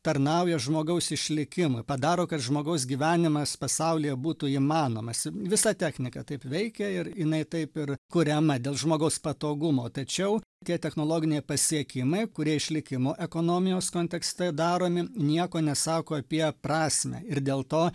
tarnauja žmogaus išlikimui padaro kad žmogaus gyvenimas pasaulyje būtų įmanomas visa technika taip veikia ir jinai taip ir kuriama dėl žmogaus patogumo tačiau tie technologiniai pasiekimai kurie išlikimo ekonomijos kontekste daromi nieko nesako apie prasmę ir dėl to